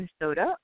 Minnesota